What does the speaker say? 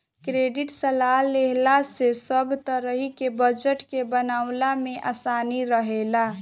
credit सलाह लेहला से सब तरही के बजट के बनवला में आसानी रहेला